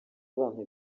bampa